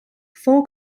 four